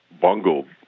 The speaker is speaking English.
bungled